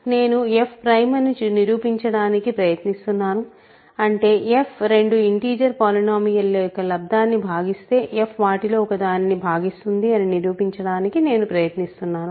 నేను f prime అని నిరూపించడానికి ప్రయత్నిస్తున్నాను అంటే f రెండు ఇంటిజర్ పోలినోమియల్ ల యొక్క లబ్దం ను భాగిస్తే f వాటిలో ఒక దానిని భాగిస్తుంది అని నిరూపించడానికి నేను ప్రయత్నిస్తున్నాను